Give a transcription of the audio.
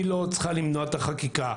היא לא צריכה למנוע את החקיקה.